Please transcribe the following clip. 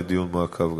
לדיון מעקב,